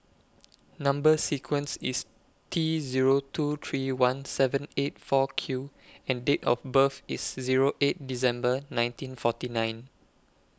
Number sequence IS T Zero two three one seven eight four Q and Date of birth IS Zero eight December nineteen forty nine